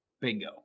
Bingo